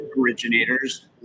originators